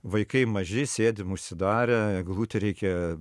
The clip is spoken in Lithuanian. vaikai maži sėdim užsidarę eglutę reikia